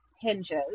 hinges